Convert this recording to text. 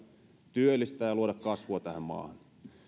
työllistää ja luoda kasvua tähän maahan